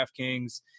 DraftKings